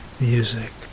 music